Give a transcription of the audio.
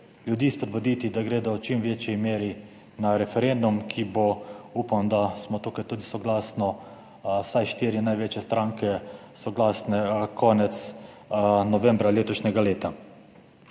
ljudi spodbuditi, da gredo v čim večji meri na referendum, ki bo, upam, da smo tukaj tudi vsaj štiri največje stranke soglasne, konec novembra letošnjega leta.